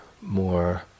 more